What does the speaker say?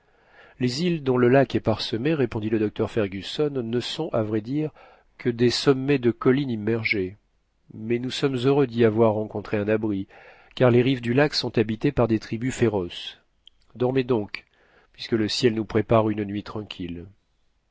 les îles dont le lac est parsemé répondit le docteur fergusson ne sont à vrai dire que des sommets de collines immergées mais nous sommes heureux d'y avoir rencontré un abri car les rives du lac sont habitées par des tribus féroces dormez donc puisque le ciel nous prépare une nuit tranquille